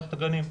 למערכת הגנים.